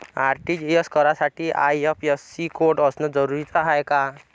RTGS करासाठी IFSC code असनं जरुरीच हाय का?